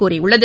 கூறியுள்ளது